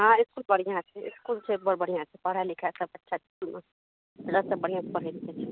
हँ इसकुल बढ़िऑं छै इसकुल छै बड़ बढ़िऑं छै पढ़ाइ लिखाइ सब अच्छा छै इसकुलमे सब बढ़ियाँ पढ़ै लिखै छै